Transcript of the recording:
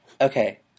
Okay